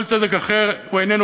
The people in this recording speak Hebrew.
כל צדק אחר איננו